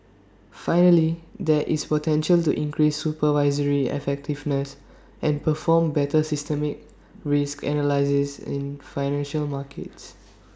finally there is potential to increase supervisory effectiveness and perform better systemic risk analysis in financial markets